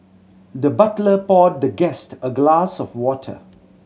the butler poured the guest a glass of water